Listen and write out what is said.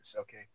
Okay